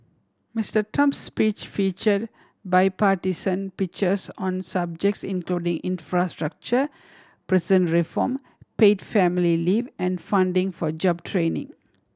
Mister Trump's speech feature bipartisan pitches on subjects including infrastructure prison reform paid family leave and funding for job training